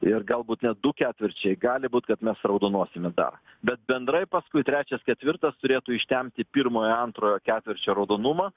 ir galbūt net du ketvirčiai gali būt kad mes raudonosiome dar bet bendrai paskui trečias ketvirtas turėtų ištempti pirmojo antrojo ketvirčio raudonumą